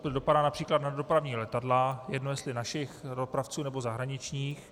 Tato regulace dopadá například na dopravní letadla, je jedno, jestli našich dopravců, nebo zahraničních.